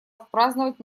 отпраздновать